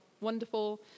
wonderful